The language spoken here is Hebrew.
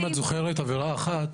אם את זוכרת עבירה אחת,